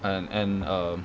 and and uh